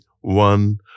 one